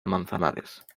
manzanares